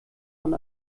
von